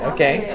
Okay